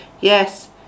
Yes